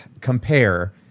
compare